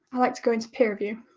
i like to go into peer review.